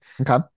okay